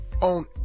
on